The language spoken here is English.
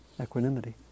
equanimity